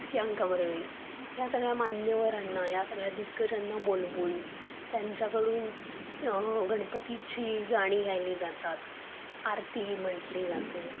प्रियांका बर्वे ह्या सगळ्या मान्यवरांना या सगळ्या दिग्गजांना बोलवून त्यांच्याकडून गणपतीची गाणी गायली जातात आरती म्हटली जाते